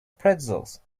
pretzels